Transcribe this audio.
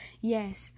Yes